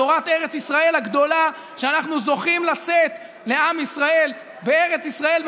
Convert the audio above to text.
תורת ארץ ישראל הגדולה שאנחנו זוכים לשאת לעם ישראל בארץ ישראל,